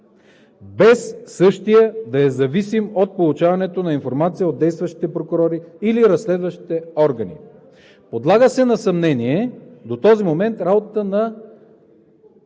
без същият да е зависим от получаването на информация от действащите прокурори или разследващите органи.“ Подлага се на съмнение до този момент работата на